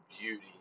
beauty